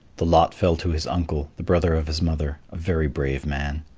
the lot fell to his uncle the brother of his mother a very brave man.